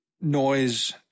noise